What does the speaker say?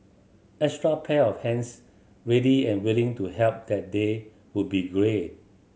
extra pair of hands ready and willing to help that day would be great